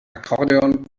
akkordeon